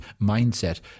mindset